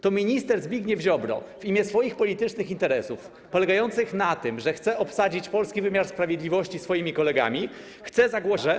To minister Zbigniew Ziobro w imię swoich politycznych interesów polegających na tym, że chce obsadzić polski wymiar sprawiedliwości swoimi kolegami, chce zagłodzić Polskę.